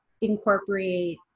incorporate